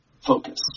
focus